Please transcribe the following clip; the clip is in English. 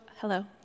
hello